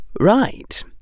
Right